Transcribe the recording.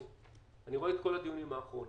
לאור הדיונים האחרונים,